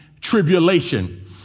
tribulation